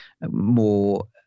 more